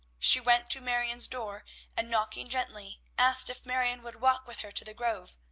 she went to marion's door and, knocking gently, asked if marion would walk with her to the grove.